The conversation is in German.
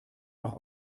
noch